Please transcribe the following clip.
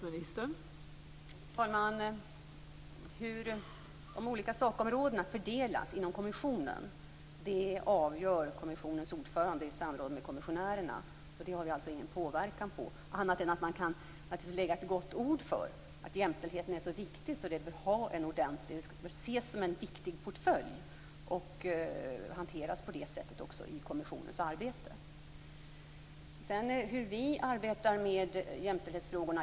Fru talman! Hur de olika sakområdena fördelas inom kommission avgör kommissionens ordförande i samråd med kommissionärerna. Där har vi alltså ingen påverkan, annat än att man naturligtvis kan lägga ett gott ord för att jämställdheten är så viktig att det skall ses som en viktig portfölj och hanteras på det sättet i kommissionens arbete. Hur arbetar vi med jämställdhetsfrågorna?